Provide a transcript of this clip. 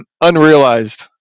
unrealized